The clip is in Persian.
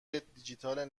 دیجیتال